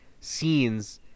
scenes –